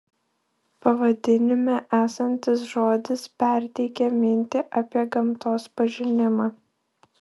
pavadinime esantis žodis perteikia mintį apie gamtos pažinimą